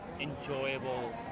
enjoyable